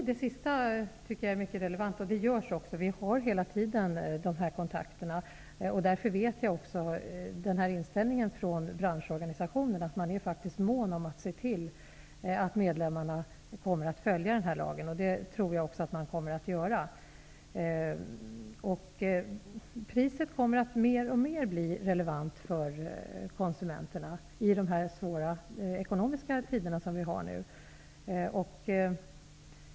Det sista är mycket relevant. Så gör vi också. Vi har hela tiden kontakt med handeln. Därför vet jag branschorganisationernas inställning. De är måna om att se till att medlemmarna följer lagen. Det tror jag också att de kommer att göra. Priserna kommer mer och mer att bli relevanta för konsumenterna i de nuvarande svåra ekonomiska tiderna.